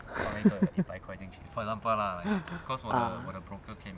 mm ah